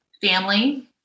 family